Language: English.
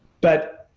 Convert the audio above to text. but,